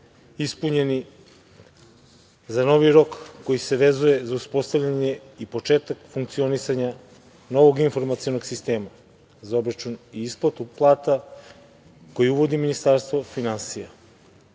ispunjeni za novi rok koji se vezuje za uspostavljanje i početak funkcionisanja novog informacionog sistema za obračun i isplatu plata koji uvodi Ministarstvo finansija. Važnost,